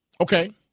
Okay